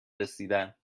رسیدن